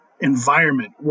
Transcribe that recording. environment